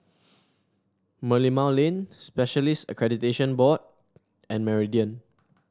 Merlimau Lane Specialist Accreditation Board and Meridian